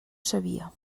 sabia